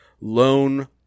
loan